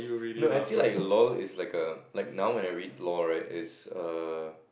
no I feel like lol is like a like now when I read lol right it's err